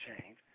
change